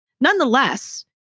Nonetheless